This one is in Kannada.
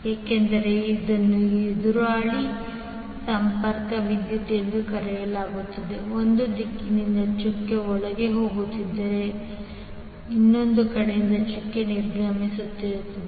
ಏಕೆಂದರೆ ಇದನ್ನು ಎದುರಾಳಿ ಸಂಪರ್ಕ ವಿದ್ಯುತ್ ಎಂದು ಕರೆಯಲಾಗುತ್ತದೆ ಒಂದು ದಿಕ್ಕಿನಿಂದ ಚುಕ್ಕೆ ಒಳಗೆ ಹೋಗುತ್ತದೆ ಆದರೆ ಇನ್ನೊಂದು ಕಡೆಯಿಂದ ಚುಕ್ಕೆ ನಿರ್ಗಮಿಸುತ್ತದೆ